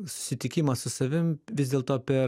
susitikimą su savim vis dėlto per